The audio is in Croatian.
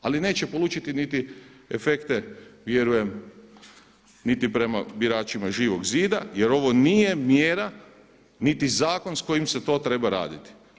Ali neće polučiti niti efekte vjerujem niti prema biračima Živog zida jer ovo nije mjera niti zakon s kojim se to treba raditi.